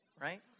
Right